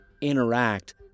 interact